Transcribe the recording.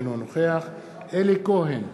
אינו נוכח אלי כהן,